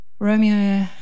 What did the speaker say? Romeo